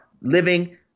living